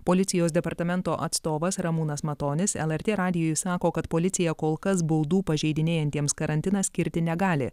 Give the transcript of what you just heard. policijos departamento atstovas ramūnas matonis lrt radijui sako kad policija kol kas baudų pažeidinėjantiems karantiną skirti negali